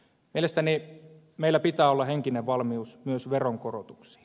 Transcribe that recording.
mielestäni meillä pitää olla henkinen valmius myös veronkorotuksiin